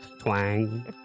Twang